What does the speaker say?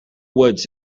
woods